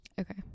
Okay